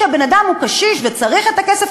כשבן-אדם הוא קשיש וצריך את הכסף,